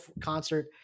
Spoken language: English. concert